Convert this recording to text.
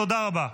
תודה רבה.